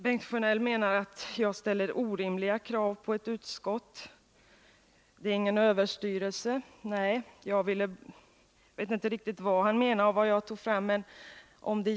Bengt Sjönell menar att jag ställer orimliga krav på ett utskott — ett utskott är ingen överstyrelse, säger han. Jag vet inte riktigt vad han menar med detta yttrande.